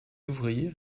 ouvrirent